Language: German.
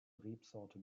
rebsorte